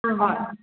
ꯑꯥ ꯍꯣꯏ